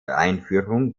einführung